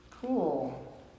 cool